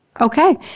Okay